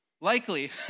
likely